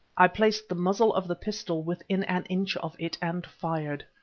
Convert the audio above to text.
i placed the muzzle of the pistol within an inch of it and fired.